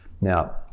Now